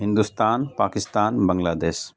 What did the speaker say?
ہندوستان پاکستان بنگلہ دیش